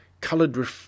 coloured